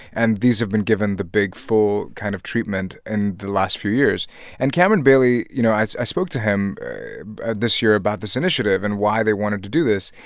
and these have been given the big, full kind of treatment in and the last few years and cameron bailey, you know i i spoke to him this year about this initiative and why they wanted to do this.